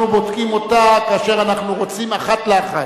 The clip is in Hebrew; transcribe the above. בודקים אותה כאשר אנחנו רוצים אחת לאחת.